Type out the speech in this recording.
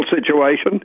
situation